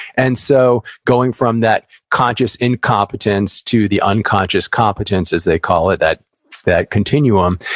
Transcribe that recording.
and so, going from that conscious incompetence to the unconscious competence, as they call it, that that continuum,